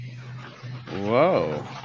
whoa